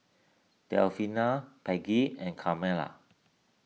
Delfina Peggie and Carmela